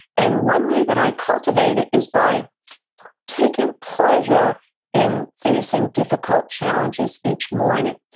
and one way that i cultivate it is by taking pleasure in facing difficult challenges each morning.